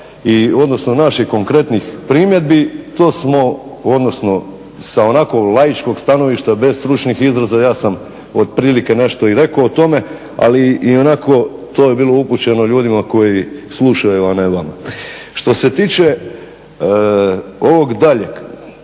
odnosno naših konkretnih primjedbi to smo odnosno sa onako laičkog stanovništva, bez stručnih izraza, ja sam otprilike i nešto rekao o tome ali i onako to je bilo upućeno ljudima koji slušaju a ne vama. Što se tiče ovog daljeg,